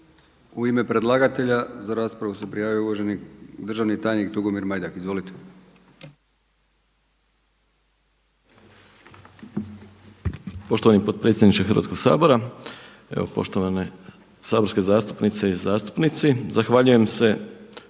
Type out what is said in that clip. U ime predlagatelja za raspravu se prijavio uvaženi državni tajnik Tugomir Majdak. **Majdak, Tugomir** Poštovani potpredsjedniče Hrvatskoga sabora, evo poštovane saborske zastupnice i zastupnici. Zahvaljujem se